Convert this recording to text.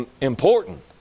important